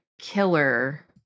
killer